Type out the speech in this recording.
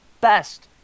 best